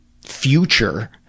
future